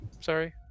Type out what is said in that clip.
Sorry